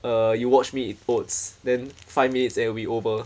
uh you watch me eat oats then five minutes and it will be over